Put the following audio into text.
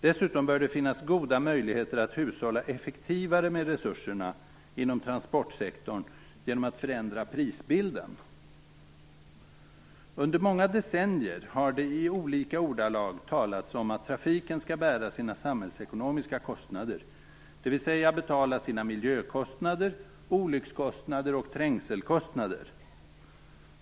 Dessutom bör det finnas goda möjligheter att hushålla effektivare med resurserna inom transportsektorn genom att förändra prisbilden. Under många decennier har det i olika ordalag talats om att trafiken skall bära sina samhällsekonomiska kostnader, dvs. betala sina miljökostnader, olyckskostnader och trängselkostnader.